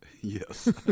Yes